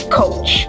coach